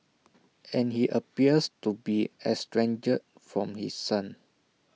and he appears to be estranged from his son